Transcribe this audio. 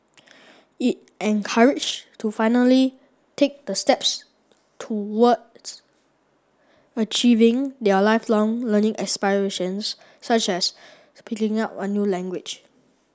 it encouraged to finally take the steps towards achieving their lifelong learning aspirations such as picking up a new language